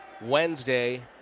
Wednesday